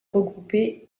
regrouper